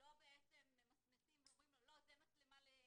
לא ממסמסים את זה ואומרים לו שזו מצלמה לאבטחה.